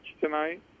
tonight